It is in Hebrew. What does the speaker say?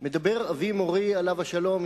מדבר אבי-מורי עליו השלום,